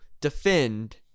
defend